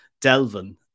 Delvin